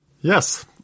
Yes